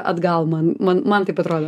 atgal man man man taip atrodo